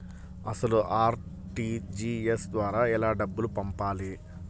అసలు అర్.టీ.జీ.ఎస్ ద్వారా ఎలా డబ్బులు పంపాలి?